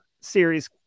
series